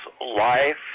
life